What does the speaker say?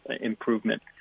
improvement